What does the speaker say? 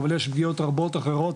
אבל יש פגיעות רבות אחרות,